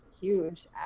huge